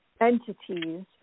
entities